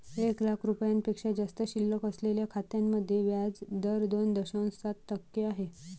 एक लाख रुपयांपेक्षा जास्त शिल्लक असलेल्या खात्यांमध्ये व्याज दर दोन दशांश सात टक्के आहे